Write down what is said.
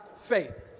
faith